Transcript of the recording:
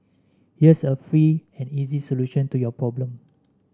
here's a free and easy solution to your problem